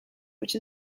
which